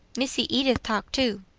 missy edith talk too,